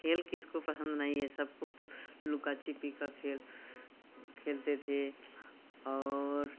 खेल किसको पसंद नहीं है सबको तो लुका छिपी का खेल खेलते थे और